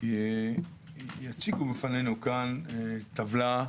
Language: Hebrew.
שיציגו בפנינו כאן טבלה,